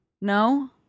No